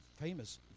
famous